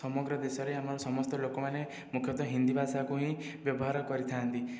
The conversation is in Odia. ସମଗ୍ର ଦେଶରେ ଆମର ସମସ୍ତ ଲୋକମାନେ ମୁଖ୍ୟତଃ ହିନ୍ଦୀ ଭାଷାକୁ ହିଁ ବ୍ୟବହାର କରିଥାନ୍ତି